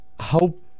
hope